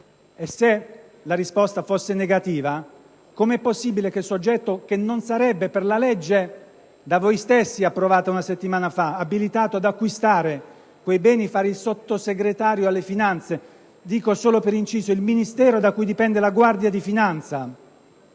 Se la risposta fosse negativa, come potrebbe il soggetto che non sarebbe per la legge da voi stessi approvata una settimana fa abilitato ad acquistare quei beni fare il Sottosegretario all'economia e alle finanze (dico solo per inciso, il Ministero da cui dipende la Guardia di finanza)?